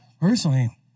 Personally